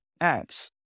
apps